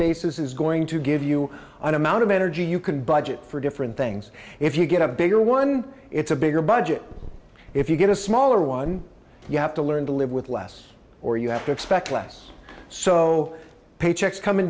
basis is going to give you an amount of energy you can budget for different things if you get a bigger one it's a bigger budget if you get a smaller one you have to learn to live with less or you have to expect less so paychecks come in